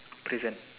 prison